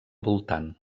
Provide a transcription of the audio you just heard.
voltant